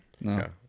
No